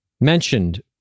mentioned